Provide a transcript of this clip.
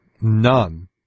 none